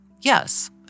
Yes